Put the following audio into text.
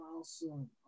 Awesome